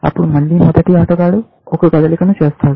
అప్పుడు మళ్ళీ మొదటి ఆటగాడు ఒక కదలికను చేస్తాడు